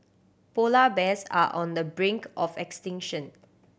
polar bears are on the brink of extinction